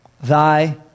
thy